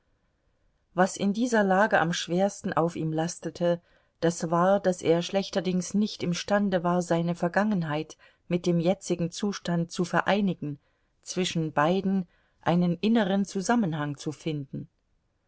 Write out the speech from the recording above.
was in dieser lage am schwersten auf ihm lastete das war daß er schlechterdings nicht imstande war seine vergangenheit mit dem jetzigen zustand zu vereinigen zwischen beiden einen inneren zusammenhang zu finden